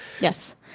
Yes